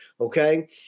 okay